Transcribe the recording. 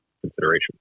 consideration